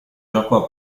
gioco